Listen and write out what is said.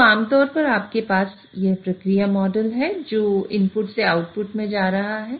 तो आमतौर पर आपके पास यह प्रक्रिया मॉडल है जो इनपुट से आउटपुट में जा रहा है